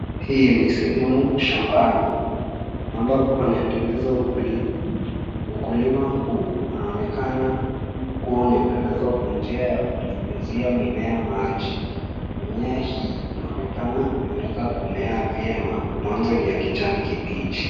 Hii ni sehemu shambani ambapo panaendelezwa ukulima. Ukulima huu unaonekana kuwa unaendelezwa kwa njia ya kunyunyizia mimea maji. Mimea hii inaonekana imeweza kumea vyema, mwanzo ni ya kijani kibichi.